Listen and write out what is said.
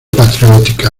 patriótica